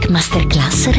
Masterclass